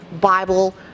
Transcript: bible